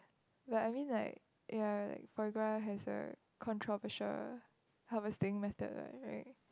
but I mean like ya like foie gras has a controversial harvesting method what right